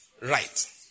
Right